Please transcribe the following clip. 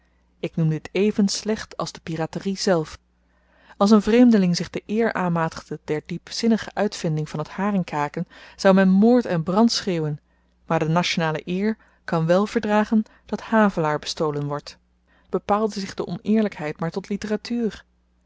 ik noem dit even slecht als de piraterie zelf als n vreemdeling zich de eer aanmatigde der diepzinnige uitvinding van t haringkaken zou men moord en brand schreeuwen maar de nationale eer kan wèl verdragen dat havelaar bestolen wordt bepaalde zich de oneerlykheid maar tot litteratuur